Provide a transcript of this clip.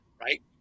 right